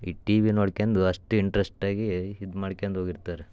ಈ T V ನೋಡ್ಕ್ಯಂಡು ಅಷ್ಟು ಇಂಟ್ರೆಸ್ಟಾಗಿ ಇದು ಮಾಡ್ಕ್ಯಂಡ್ ಹೋಗಿರ್ತಾರೆ